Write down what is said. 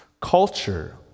culture